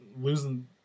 losing